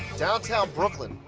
downtown brooklyn,